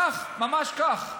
כך, ממש כך.